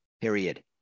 period